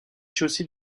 chaussée